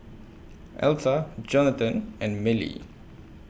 Altha Johnathan and Mellie